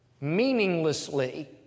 meaninglessly